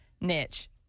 niche